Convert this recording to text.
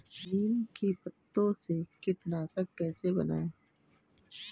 नीम के पत्तों से कीटनाशक कैसे बनाएँ?